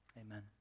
amen